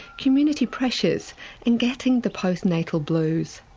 community pressures and getting the postnatal blues.